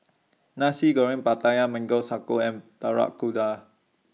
Nasi Goreng Pattaya Mango Sago and Kuda